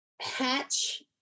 Hatch